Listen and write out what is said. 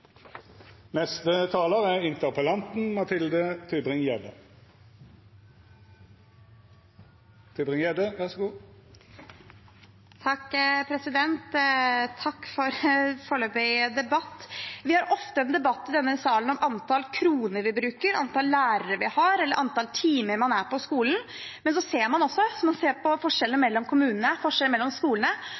Takk for foreløpig debatt. Vi har ofte en debatt i denne salen om antall kroner vi bruker, antall lærere vi har, eller antall timer man er på skolen. Men så ser man også – når man ser på forskjeller mellom kommunene, forskjeller mellom skolene